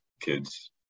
kids